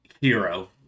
hero